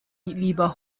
lieber